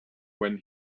when